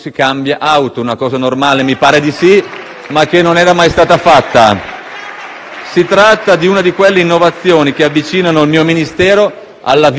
e dei trasporti*. Si tratta di una di quelle innovazioni che avvicinano il mio Ministero alla vita di tutti e di cui vado fiero.